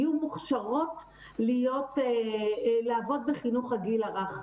יהיו מוכשרות לעבוד בחינוך הגיל הרך.